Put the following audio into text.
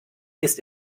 ist